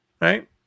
right